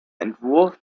entwurf